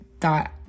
thought